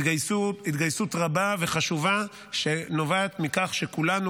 התגייסו התגייסות רבה וחשובה שנובעת מכך שכולנו,